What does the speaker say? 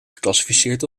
geclassificeerd